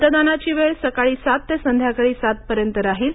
मतदानाची वेळ सकाळी सात ते संध्याकाळी सातपर्यंत राहील